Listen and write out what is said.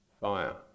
fire